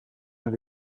naar